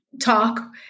talk